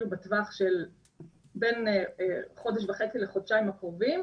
בטווח של בין חודש וחצי לחודשיים הקרובים.